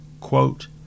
Quote